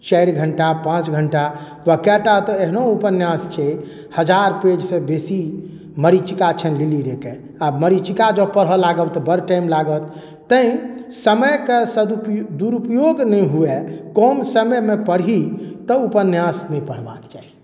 चारि घण्टा पाँच घण्टा वा कएटा तऽ एहनो उपन्यास छै हजार पेजसँ बेसी मरीचीका छनि लिलिरेके आ मरीचीका जँ पढ़य लागब तऽ बड़ टाइम लागत तैँ समयके सदुप दुरूपयोग नहि हुए कम समयमे पढ़ी तऽ उपन्यास नहि पढ़बाक चाही